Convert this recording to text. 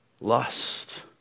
lust